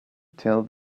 tell